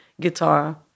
guitar